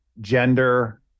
gender